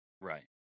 Right